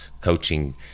coaching